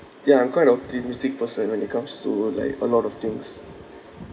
ya I'm quite optimistic person when it comes to like a lot of things